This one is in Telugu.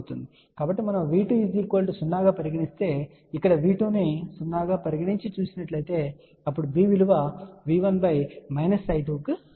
కాబట్టి మనము V2 0 గా పరిగణిస్తే ఇక్కడ V2 ను 0 గా పరిగణించి చూసినట్లయితే అప్పుడు B విలువ V1−I2 కి సమానం అవుతుంది